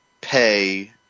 pay